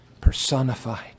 personified